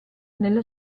nella